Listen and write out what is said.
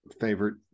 favorite